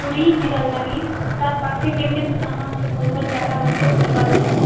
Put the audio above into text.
ପୁରୀ ଯିବାର ଲାଗି ତାର ପାଖେ କେନ କେନ ସ୍ଥାନ ଅଛେ ଭଲ ଭଲ ଜାଗା ଅଛେ ବୁଲବାର୍ ଲାଗି